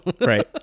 right